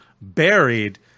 buried